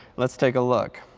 let's take a look.